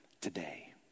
today